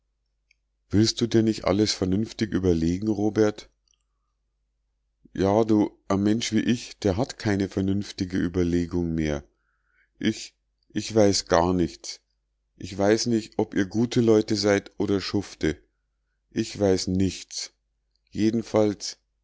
willst du dir nich alles vernünftig überlegen robert ja du a mensch wie ich der hat keine vernünftige überlegung mehr ich ich weiß gar nichts ich weiß nich ob ihr gute leute seid oder schufte ich weiß nichts jedenfalls